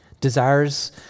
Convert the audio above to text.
Desires